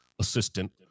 assistant